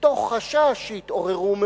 מתוך חשש שיתעוררו מהומות,